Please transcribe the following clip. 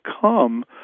come